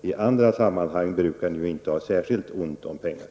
I andra sammanhang brukar ni inte ha särskilt ont om pengar.